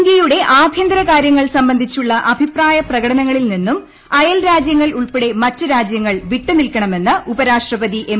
ഇന്തൃയുടെ ആഭൃന്തര കാരൃങ്ങൾ സംബന്ധിച്ചുള്ള അഭിപ്രായ പ്രകടനങ്ങളിൽ നിന്നും അയൽരാജൃങ്ങൾ ഉൾപ്പെടെ മറ്റ് രാജ്യങ്ങൾ വിട്ടു നിൽക്കണമെന്ന് ഉപരാഷ്ട്രപതി എം